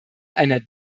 einer